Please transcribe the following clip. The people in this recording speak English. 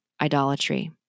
idolatry